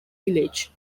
village